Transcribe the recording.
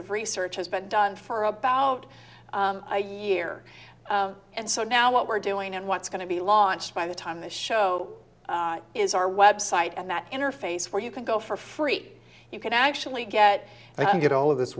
of research has been done for about a year and so now what we're doing and what's going to be launched by the time the show is our website and that interface where you can go for free you can actually get and you can get all of this